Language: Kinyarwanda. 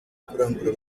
kurangura